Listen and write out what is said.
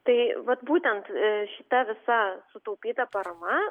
tai vat būtent šita visa sutaupyta parama